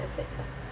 netflix ah